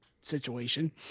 situation